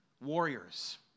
Warriors